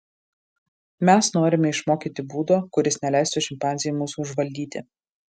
mes norime išmokyti būdo kuris neleistų šimpanzei mūsų užvaldyti